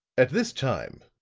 at this time,